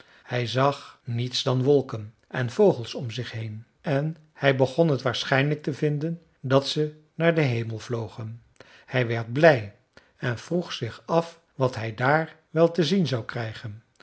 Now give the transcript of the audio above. hij zag niets dan wolken en vogels om zich heen en hij begon het waarschijnlijk te vinden dat ze naar den hemel vlogen hij werd blij en vroeg zich af wat hij daar wel te zien zou krijgen